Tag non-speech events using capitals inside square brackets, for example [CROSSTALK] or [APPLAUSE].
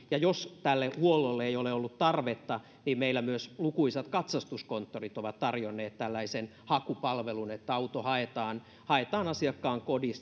ja jos tälle huollolle ei ole ollut tarvetta niin meillä myös lukuisat katsastuskonttorit ovat tarjonneet tällaisen hakupalvelun että auto haetaan haetaan asiakkaan kodin [UNINTELLIGIBLE]